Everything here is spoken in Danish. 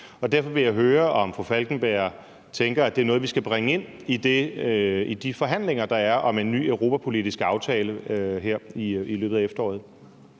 derfor vil jeg høre, om fru Anna Falkenberg tænker, at det er noget, vi skal bringe ind i de forhandlinger, der er, om en ny europapolitisk aftale her i løbet af efteråret.